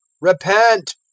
REPENT